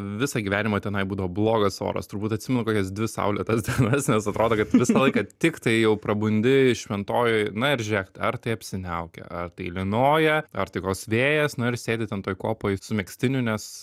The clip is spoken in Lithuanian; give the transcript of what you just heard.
visą gyvenimą tenai būdavo blogas oras turbūt atsimenu kokias dvi saulėtas dienas nes atrodo kad visą laiką tiktai jau prabundi šventojoj na ir žiūrėk ar tai apsiniaukę ar tai lynoja ar tai koks vėjas nu ir sėdi ten toj kopoj su megztiniu nes